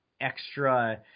extra